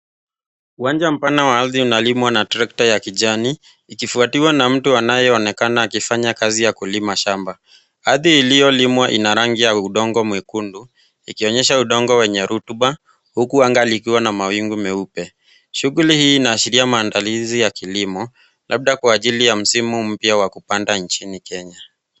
Uwanja pana wa aridhi linalimwa na trekta ya kijani, ikifwatiwa na mtu anayeonekana akifanya kazi ya kulima shamba. Aridhi iliolimwa ina rangi ya udongo mwekundu ikionyesha udongo wenye rutuba, huku angaa likiwa na mawingu meupe. Shughuli hii inaashiria maandalizi ya kilimo labda kwa ajili ya mzimu mpya wa kupanda inchini Kenya.